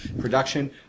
production